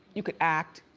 you could act,